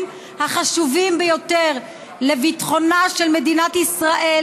החשובים ביותר לביטחונה של מדינת ישראל,